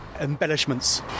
embellishments